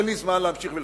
אין לי זמן להמשיך ולפרט,